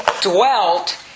dwelt